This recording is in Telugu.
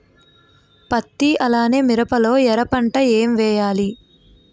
పత్తి అలానే మిరప లో ఎర పంట ఏం వేయాలి?